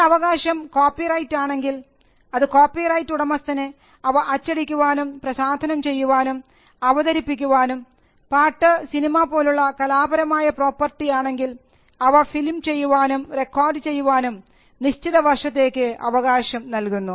ഈ അവകാശം copyright ആണെങ്കിൽ അത് കോപ്പി റൈറ്റ് ഉടമസ്ഥന് അവ അച്ചടിക്കാനും പ്രസാധനം ചെയ്യാനും അവതരിപ്പിക്കാനും പാട്ട് സിനിമ പോലുള്ള കലാപരമായ പ്രോപ്പർട്ടി ആണെങ്കിൽ അവ ഫിലിം ചെയ്യാനും റെക്കോർഡ് ചെയ്യാനും നിശ്ചിത വർഷത്തേക്ക് അവകാശം നൽകുന്നു